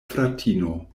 fratino